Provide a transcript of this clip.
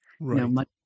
Right